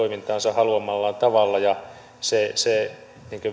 haluamallaan tavalla ja se se